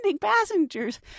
passengers